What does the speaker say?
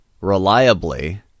reliably